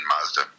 Mazda